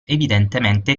evidentemente